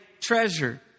treasure